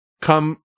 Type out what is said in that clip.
come